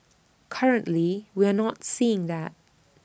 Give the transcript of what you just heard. currently we are not seeing that